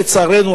לצערנו,